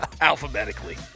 Alphabetically